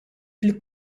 fil